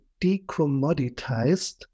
decommoditized